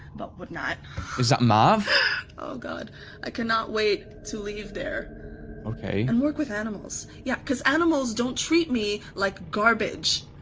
but would not lose that mom oh god i cannot wait to leave there okay, and work with animals. yeah, cuz animals don't treat me like garbage